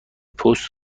پست